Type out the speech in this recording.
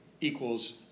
equals